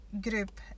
Group